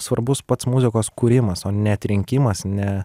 svarbus pats muzikos kūrimas o ne atrinkimas ne